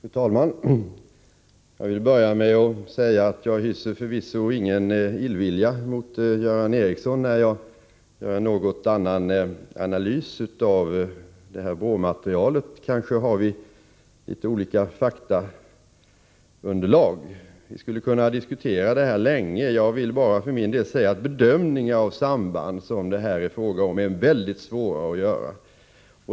Fru talman! Jag vill börja med att säga att jag förvisso inte hyser någon illvilja mot Göran Ericsson när jag gör en något annan analys av BRÅ materialet. Kanske har vilitet olika faktaunderlag. Vi skulle kunna diskutera detta länge. Jag vill för min del bara säga att de bedömningar av samband som det här är fråga om är mycket svåra att göra.